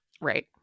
Right